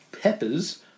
peppers